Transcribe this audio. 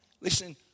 Listen